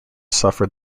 suffered